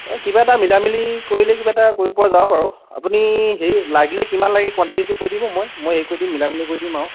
এই কিবা এটা মিলাই মিলি কৰিলে কিবা এটা কৰিবপৰা যাব বাৰু আপুনি হেৰি লাগিলে কিমান লাগে কোৱাণ্টিটিটো কৈ দিব মই মই হেৰি কৰি দিম মিলাই মিলি কৰি দিম আৰু